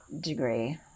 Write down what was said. degree